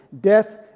death